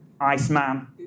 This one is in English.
Iceman